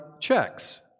checks